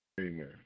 Amen